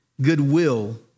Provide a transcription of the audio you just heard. goodwill